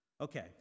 Okay